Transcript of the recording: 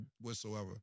whatsoever